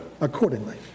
accordingly